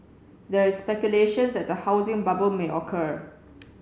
there is speculation that the housing bubble may occur